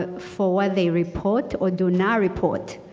ah for what they report or do not report.